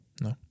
No